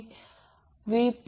तर या प्रकरणात ते 2